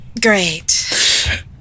Great